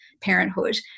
parenthood